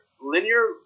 linear